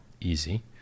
easy